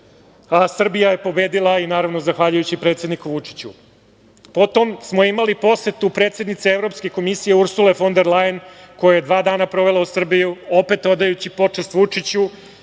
a Srbija je pobedila, naravno, zahvaljujući predsedniku Vučiću. Potom smo imali posetu predsednice Evropske komisije Ursule fon der Lajen, koja je dva dana provela u Srbiji, opet odajući počast Vučiću